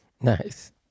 Nice